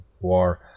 war